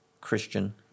Christian